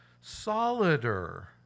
solider